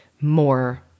more